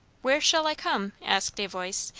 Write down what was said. where shall i come? asked a voice,